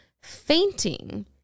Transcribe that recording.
fainting